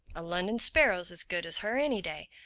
a london sparrow's as good as her any day.